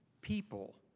people